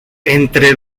entre